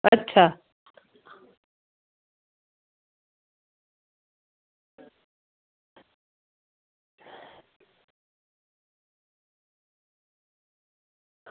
अच्छा